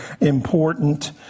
important